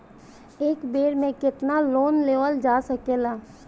एक बेर में केतना लोन लेवल जा सकेला?